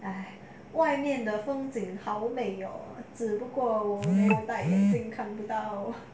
!hais! 外面的风景好美哦只不过我没有戴眼镜看不到